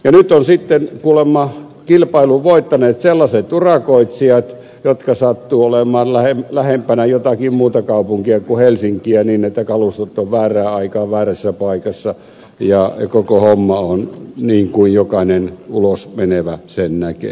nyt ovat sitten kuulemma kilpailun voittaneet sellaiset urakoitsijat jotka sattuvat olemaan lähempänä jotakin muuta kaupunkia kuin helsinkiä niin että kalustot ovat väärään aikaan väärässä paikassa ja koko homma on niin kuin jokainen ulos menevä sen näkee